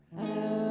Hello